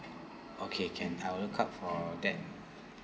okay can I'll look out for that